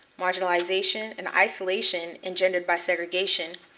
marginalization, and isolation engendered by segregation,